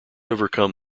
overcome